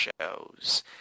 shows